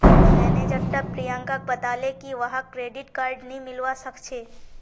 manager टा प्रियंकाक बताले की वहाक क्रेडिट कार्ड नी मिलवा सखछे